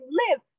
live